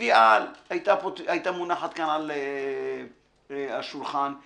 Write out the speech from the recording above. היתה מונחת כאן על השולחן תביעה.